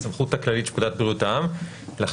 הסמכות הכללית של פקודת בריאות העם לחקיקה